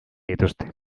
dituzte